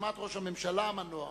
ביוזמת ראש הממשלה המנוח,